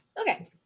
Okay